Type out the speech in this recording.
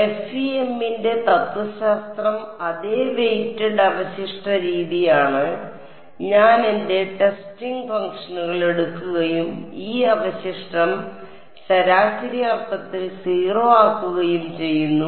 എഫ്ഇഎമ്മിന്റെ തത്ത്വശാസ്ത്രം അതേ വെയ്റ്റഡ് അവശിഷ്ട രീതിയാണ് ഞാൻ എന്റെ ടെസ്റ്റിംഗ് ഫംഗ്ഷനുകൾ എടുക്കുകയും ഈ അവശിഷ്ടം ശരാശരി അർത്ഥത്തിൽ 0 ആക്കുകയും ചെയ്യുന്നു